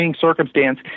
circumstance